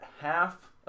half